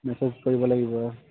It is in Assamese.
মেছেজ কৰিব লাগিব আৰু